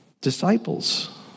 disciples